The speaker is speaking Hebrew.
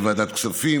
בוועדת הכספים,